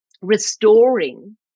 restoring